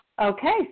Okay